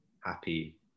happy